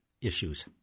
issues